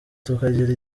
tukagira